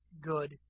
good